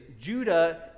Judah